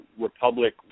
republic